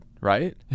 right